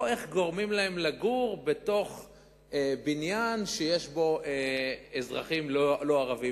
לא איך גורמים להם לגור בבניין שיש בו אזרחים לא-ערבים.